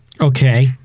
Okay